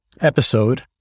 episode